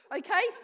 okay